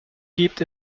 gibt